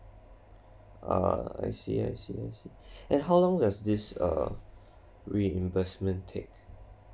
ah I see I see I see and how long does this uh reimbursement take